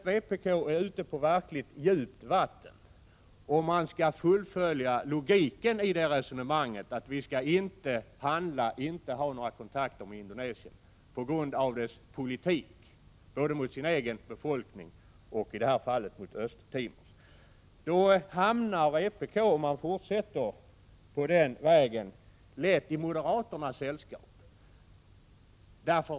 Vpk är ute på djupt vatten om partiet skall fullfölja logiken i resonemanget att vi inte skall handla med eller ha några kontakter med Indonesien på grund av dess politik både mot den egna befolkningen och mot Östra Timors befolkning. Om vpk fortsätter på den vägen hamnar partiet lätt i moderaternas sällskap.